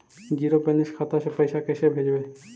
Zero balance खाता से पैसा कैसे भेजबइ?